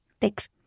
Thanks